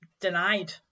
denied